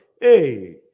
Hey